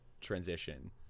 transition